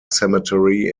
cemetery